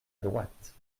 droite